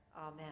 Amen